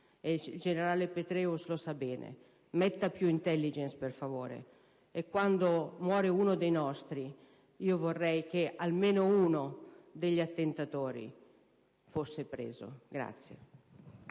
(il generale Petraeus lo sa bene). Metta più *intelligence*, per favore, e quando muore uno dei nostri vorrei che almeno uno degli attentatori fosse preso.